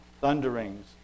thunderings